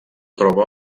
troba